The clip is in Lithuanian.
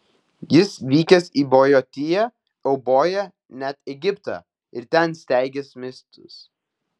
jis vykęs į bojotiją euboją net egiptą ir ten steigęs miestus